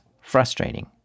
Frustrating